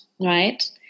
right